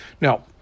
Now